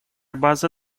база